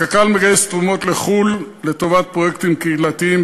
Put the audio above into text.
קק"ל מגייסת תרומות מחו"ל לטובת פרויקטים קהילתיים,